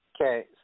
Okay